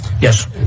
yes